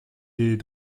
des